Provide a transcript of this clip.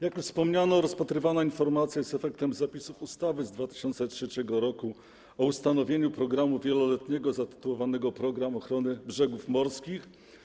Jak już wspomniano, rozpatrywana informacja jest efektem zapisów ustawy z 2003 r. o ustanowieniu programu wieloletniego zatytułowanego „Program ochrony brzegów morskich”